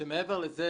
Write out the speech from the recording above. שמעבר לזה,